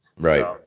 right